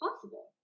possible